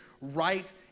right